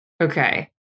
Okay